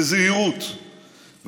בזהירות,